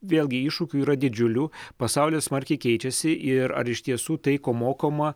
vėlgi iššūkių yra didžiulių pasaulis smarkiai keičiasi ir ar iš tiesų tai ko mokoma